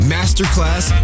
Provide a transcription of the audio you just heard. Masterclass